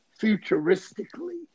futuristically